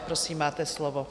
Prosím, máte slovo.